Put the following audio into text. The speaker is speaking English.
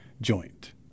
joint